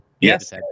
Yes